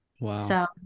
Wow